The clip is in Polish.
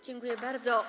Dziękuję bardzo.